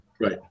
Right